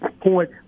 point